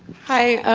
hi.